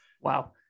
wow